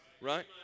Right